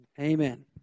Amen